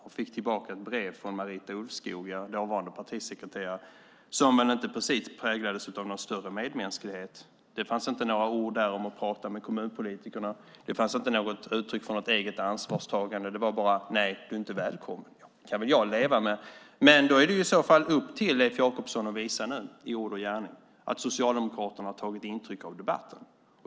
Jag fick ett brev från Marita Ulvskog - er dåvarande partisekreterare - som inte precis präglades av någon större medmänsklighet. Där fanns inte några ord om att prata med kommunpolitikerna. Det fanns inte något uttryck för eget ansvarstagande. Det var bara: Nej, du är inte välkommen. Det kan jag leva med. Men det är nu upp till Leif Jakobsson att visa i ord och gärning att Socialdemokraterna har tagit intryck av debatten.